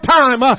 time